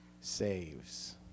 saves